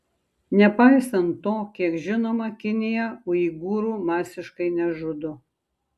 nepaisant to kiek žinoma kinija uigūrų masiškai nežudo